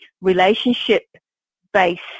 relationship-based